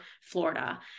Florida